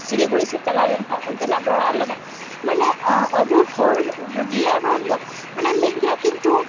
ᱥᱤᱞᱤᱜᱩᱲᱤ ᱥᱮᱫ ᱪᱟᱞᱟᱣ ᱞᱮᱱᱠᱷᱟᱡ ᱚᱱᱛᱮᱱᱟᱜ ᱨᱚᱲ ᱟᱞᱟᱫᱟ ᱢᱟᱱᱮ ᱟᱵᱚ ᱦᱚᱲ ᱨᱮᱭᱟᱜ ᱨᱚᱲᱫᱚ ᱢᱟᱱᱮ ᱢᱤᱫᱜᱮᱭᱟ ᱠᱤᱱᱛᱩ